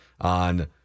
on